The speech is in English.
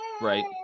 right